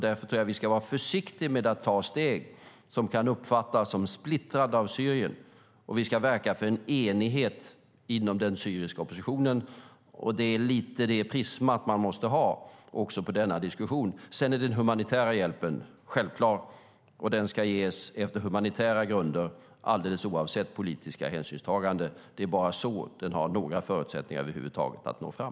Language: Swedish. Därför tror jag att vi ska vara försiktiga med att ta steg som kan uppfattas som splittrande av Syrien. Vi ska verka för en enighet inom den syriska oppositionen. Det är lite det prismat man måste ha också i denna diskussion. Den humanitära hjälpen är självklar. Den ska ges efter humanitära grunder alldeles oavsett politiska hänsynstaganden. Det är bara så den har några förutsättningar att över huvud taget nå fram.